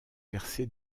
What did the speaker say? percé